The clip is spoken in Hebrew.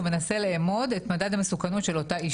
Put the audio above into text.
הוא מנסה לאמוד את מדד המסוכנות של אותה אישה.